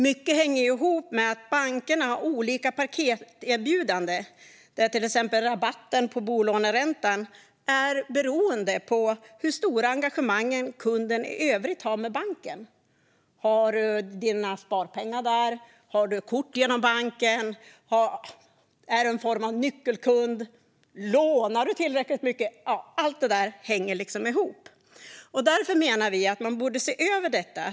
Mycket hänger ihop med att bankerna har olika paketerbjudanden, där till exempel rabatten på bolåneräntan är beroende av hur stora engagemang kunden i övrigt har i banken. Har du dina sparpengar där? Har du kort genom banken? Är du en form av nyckelkund? Lånar du tillräckligt mycket? Allt det där hänger ihop. Därför menar vi att man borde se över detta.